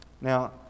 Now